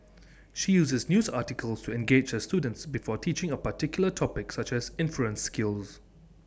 she uses news articles to engage her students before teaching A particular topic such as inference skills